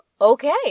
Okay